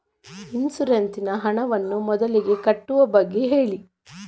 insurance ನ ಹಣವನ್ನು ಮೊದಲಿಗೆ ಕಟ್ಟುವ ಬಗ್ಗೆ ಹೇಳಿ